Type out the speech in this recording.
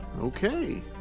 Okay